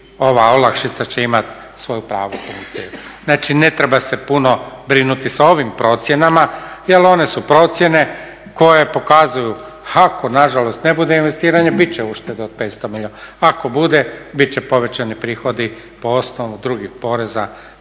ova olakšica će imati svoju pravu funkciju. Znači, ne treba se puno brinuti sa ovim procjenama, jer one su procjene koje pokazuju ako na žalost ne bude investiranja bit će uštede od 500 milijuna. Ako bude bit će povećani prihodi po osnovu drugih poreza,